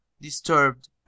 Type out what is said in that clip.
Disturbed